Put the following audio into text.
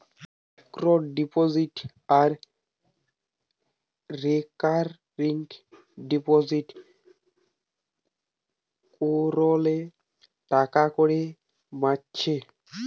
fixed deposit আর recurring deposit কোরলে টাকাকড়ি বাঁচছে